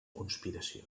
conspiració